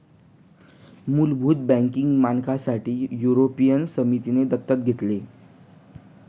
मुलभूत बँकिंग मानकांसाठी युरोपियन समितीने दत्तक घेतले